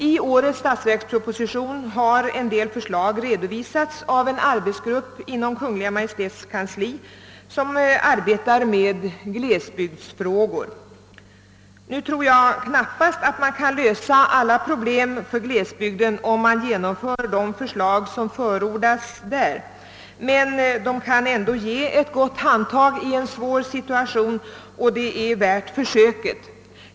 I årets statsverksproposition har en del förslag redovisats av en arbetsgrupp inom Kungl. Maj:ts kansli som arbetar med glesbygdsfrågor. Nu tror jag knappast att man kan lösa alla problem för glesbygden bara genom att genomföra de förslag som förordas där, men de kan ändå ge ett gott handtag i en svår situation, och det är värt försöket.